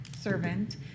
servant